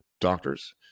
doctors